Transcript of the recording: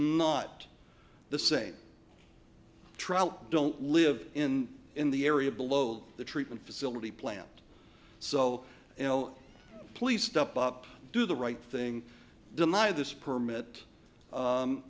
not the same trout don't live in in the area below the treatment facility plant so please step up do the right thing deny this permit